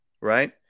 right